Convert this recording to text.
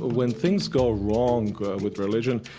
when things go wrong with religion,